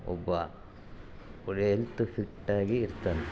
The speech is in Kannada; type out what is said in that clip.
ಒಬ್ಬ ಒಳ್ಳೆಯ ಎಲ್ತು ಫಿಟ್ ಆಗಿ ಇರ್ತಾನೆ